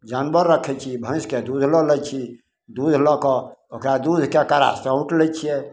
जानवर रखै छी भैँसके दूध लऽ लै छी दूध लऽ कऽ ओकरा दूधके कड़ा से औँटि लै छिए